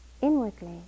inwardly